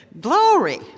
Glory